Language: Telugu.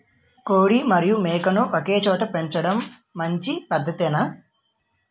కోడి మరియు మేక ను ఒకేచోట పెంచడం మంచి పద్ధతేనా?